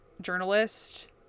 journalist